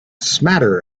smatter